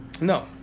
No